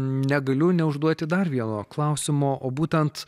negaliu neužduoti dar vieno klausimo o būtent